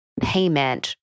payment